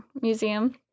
museum